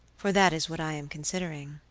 for that is what i am considering.